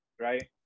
Right